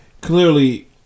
clearly